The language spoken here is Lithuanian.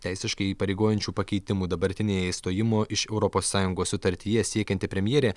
teisiškai įpareigojančių pakeitimų dabartinėje išstojimo iš europos sąjungos sutartyje siekianti premjerė